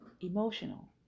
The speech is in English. emotional